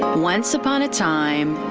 once upon a time,